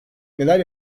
neler